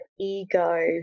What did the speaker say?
ego